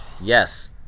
Yes